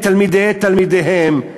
ותלמידי תלמידיהם,